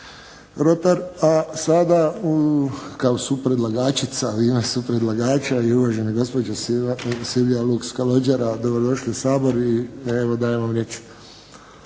Rotar. A sada kao supredlagačica, u ime supredlagača i uvažene gospođa Silvija Luks Kalogjera. Dobrodošli u Sabor i evo dajem vam riječ.